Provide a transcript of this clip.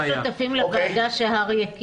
שותפים לוועדה שהרי"י הקים?